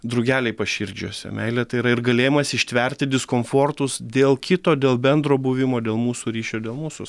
drugeliai paširdžiuose meilė tai yra ir galėjimas ištverti diskomfortus dėl kito dėl bendro buvimo dėl mūsų ryšio dėl mūsų